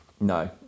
No